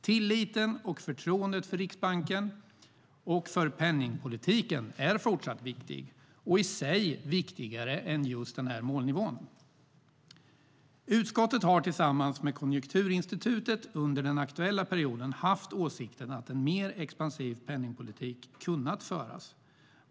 Tilliten och förtroendet för Riksbanken och för penningpolitiken är fortsatt viktig och i sig viktigare än just målnivån. Utskottet har tillsammans med Konjunkturinstitutet under den aktuella perioden haft åsikten att en mer expansiv penningpolitik kunnat föras.